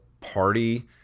party